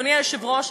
אדוני היושב-ראש,